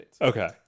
Okay